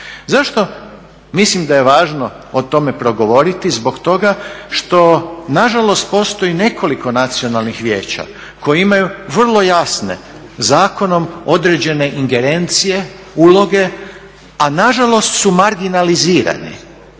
Zašto mislim da je važno o tome progovoriti zbog toga što nažalost postoji nekoliko nacionalnih vijeća koji imaju vrlo jasne zakonom određene ingerencije, uloge, a nažalost su marginalizirane.